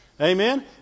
Amen